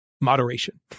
Moderation